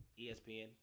ESPN